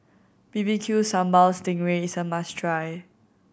B B Q Sambal sting ray is a must try